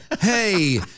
Hey